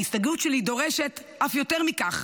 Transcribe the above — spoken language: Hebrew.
ההסתייגות שלי דורשת אף יותר מכך,